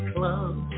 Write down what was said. Club